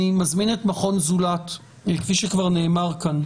אני מזמין את מכון "זולת", כפי שכבר נאמר כאן,